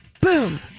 boom